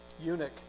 eunuch